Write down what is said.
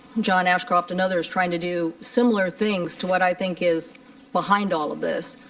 john ashcroft and others trying to do similar things to what i think is behind all of this,